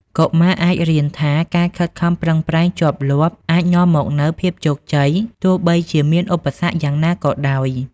កុមារអាចរៀនថា ការខិតខំប្រឹងប្រែងជាប់លាប់ អាចនាំមកនូវភាពជោគជ័យ ទោះបីជាមានឧបសគ្គយ៉ាងណាក៏ដោយ។